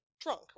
drunk